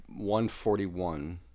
141